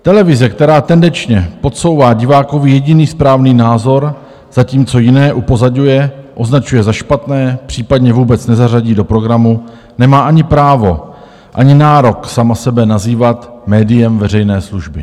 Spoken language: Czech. Televize, která tendenčně podsouvá divákovi jediný správný názor, zatímco jiné upozaďuje, označuje za špatné, případně vůbec nezařadí do programu, nemá ani právo, ani nárok sama sebe nazývat médiem veřejné služby.